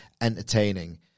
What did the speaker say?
entertaining